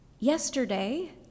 Yesterday